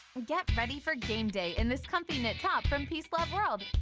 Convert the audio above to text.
get ready for game day in this comfy knit top from peace love world.